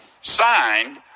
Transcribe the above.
signed